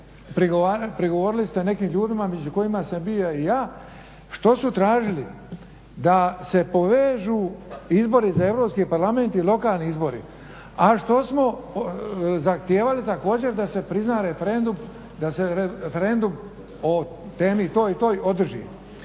prigovorili ste nekim ljudima među kojima sam bio i ja. Što su tražili? Da se povežu izbori za Europski parlament i lokalni izbori. A što smo zahtijevali također da se prizna referendum, da se referendum i temi toj i toj održi.